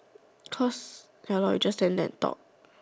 because ya lor you just stand there and talk